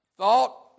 thought